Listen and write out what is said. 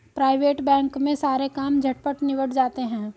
private bank में सारे काम झटपट निबट जाते हैं